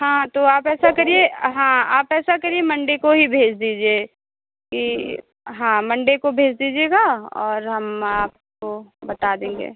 हाँ तो आप ऐसा करिए हाँ आप ऐसा करिए मंडे को ही भेज दीजिए कि हाँ मंडे को भेज दीजिएगा और हम आपको बता देंगे